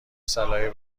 صلاحی